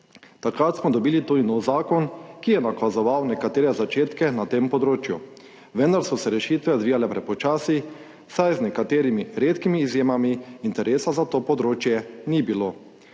Takrat smo dobili tudi nov zakon, ki je nakazoval nekatere začetke na tem področju, vendar so se rešitve odvijale prepočasi, saj z nekaterimi redkimi izjemami interesa za to področje ni bilo.